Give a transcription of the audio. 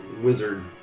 wizard